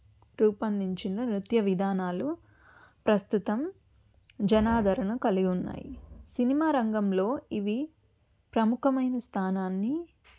రూపొందించిన నృత్య విధానాలు ప్రస్తుతం జనాదరణ కలిగి ఉన్నాయి సినిమా రంగంలో ఇవి ప్రముఖమైన స్థానాన్ని